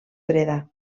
freda